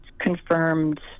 confirmed